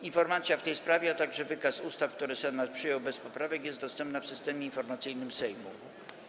Informacja w tej sprawie, a także wykaz ustaw, które Senat przyjął bez poprawek, jest dostępna w Systemie Informacyjnym Sejmu.